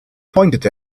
pointed